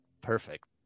perfect